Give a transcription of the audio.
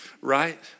right